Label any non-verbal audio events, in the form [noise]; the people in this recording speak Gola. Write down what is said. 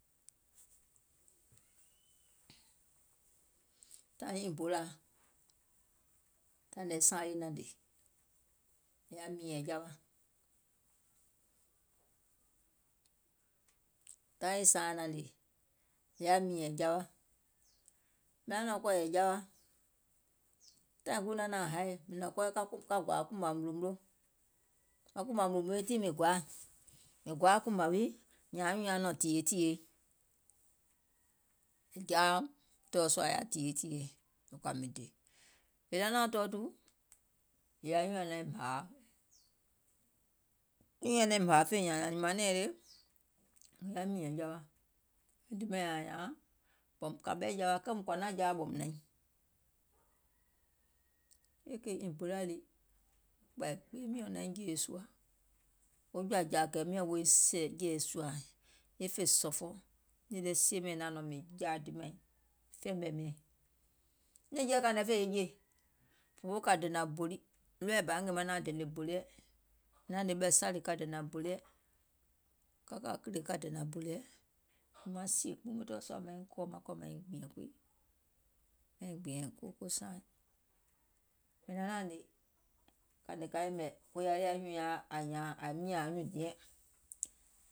Taìŋ lii Ìbolȧa, taiŋ nii sȧaŋ lii naŋ hnè, mìŋ yaȧ mììnyɛ̀ŋ jawa, taìŋ lii sȧaŋ naŋ hnè mìŋ yaȧ mììnyɛ̀ŋ jawa, mìŋ naŋ nɔ̀ŋ kɔ̀ɔ̀yɛ̀ jawa, tȧìŋ guùŋ naŋ naȧŋ haì mìŋ nɔ̀ŋ kɔɔyɛ ka kòȧ kùɓȧ mùnlòmunlo, wɔŋ kùɓȧ mùnlòmunlo lii tiŋ mìŋ gɔȧȧ, mìŋ gɔȧȧ kùɓȧ wii nyȧȧŋ nɔ̀ŋ tìyèe tìyèe, nìŋ jaȧ motòɔ sùȧ nyȧȧŋ tìyèe tìyèe, mìŋ kɔ̀ȧ mìŋ dè, mìŋ naŋ naȧŋ tɔɔtù, yèè anyùùŋ nyaŋ naim hȧȧ feìŋ nyȧȧŋ mȧŋ nyìmȧŋ nɛ̀ɛŋ le, [unintelligible] kèè ìbolȧ lii kpȧi gbee miɔ̀ŋ naiŋ jèè sùȧ, wo jɔ̀ȧ jȧȧkɛ̀ɛ̀ miɔ̀ŋ woiŋ sɛ̀ woiŋ jèè sùȧ, e fè sɔ̀fɔ, nìì lɛ sie mɛ̀iŋ naȧŋ nɔŋ mìŋ jaa dòmaìŋ fɛɛ mɛ̀ mɛɛŋ, nɛ̀ŋjeɛ̀ kȧìŋ nɛ fèiŋ jè, òfoo kȧ dènȧŋ bòli, ɗɔɔɛ̀ bȧa ngèè maŋ naȧŋ dènè bòliɛ̀, mìŋ hnè ɓɛ̀ salì ka dènȧŋ bòliɛ̀, ka kȧ kìlè ka dènȧŋ bòliɛ̀, yèè maŋ sìè gbiŋ motòɔ sùȧ maiŋ kɔɔ̀ maiŋ gbìɛ̀ŋ ko saaìŋ, è naŋ naȧŋ hnè, maŋ hnè koya lii ka yɛ̀mɛ̀ nyùùŋ nyaŋ ȧim nyȧȧŋ nyùùŋ diɛŋ